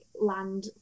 land